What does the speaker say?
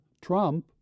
Trump